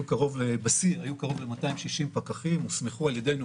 בשיא היו קרוב ל-260 פקחים שהוסמכו על ידינו,